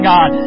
God